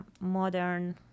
modern